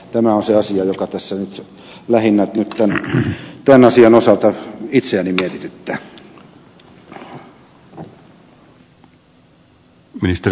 tämä on se asia joka tässä nyt tämän asian osalta itseäni lähinnä mietityttää